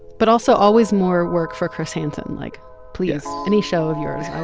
but also always more work for chris hansen like please. any show of yours